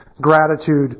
gratitude